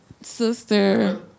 sister